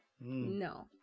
No